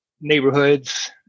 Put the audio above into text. neighborhoods